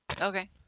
Okay